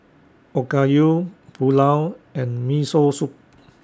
Okayu Pulao and Miso Soup